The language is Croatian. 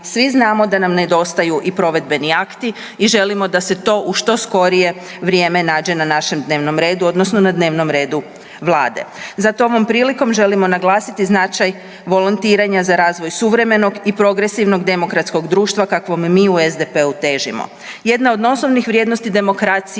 svi znamo da nam nedostaju i provedbeni akti i želimo da se to u što skorije vrijeme nađe na našem dnevnom redu odnosno na dnevnom redu vlade. Zato ovom prilikom želimo naglasiti značaj volontiranja za razvoj suvremenog i progresivnog demokratskog društva kakvome mi u SDP-u težimo. Jednu od osnovnih vrijednosti demokracije